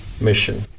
mission